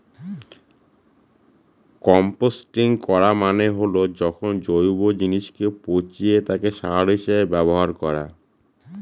composting করা মানে হল যখন জৈব জিনিসকে পচিয়ে তাকে সার হিসেবে ব্যবহার করা